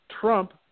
Trump